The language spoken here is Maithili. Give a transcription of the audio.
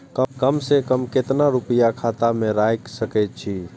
कम से कम केतना रूपया खाता में राइख सके छी?